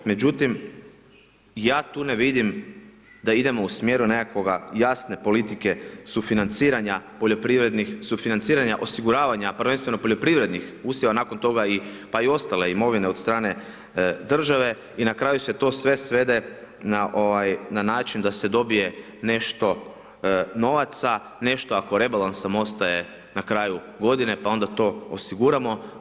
Međutim, ja tu ne vidim da idemo u smjeru nekakvoga, jasne politike sufinanciranja poljoprivrednih, sufinanciranja osiguravanja, prvenstveno poljoprivrednih usjeva, nakon toga i, pa i ostale imovine od strane države i na kraju se to sve svede na način da se dobije nešto novaca, nešto ako rebalansom ostaje na kraju godine, pa onda to osiguramo.